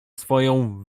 swoją